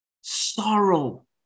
sorrow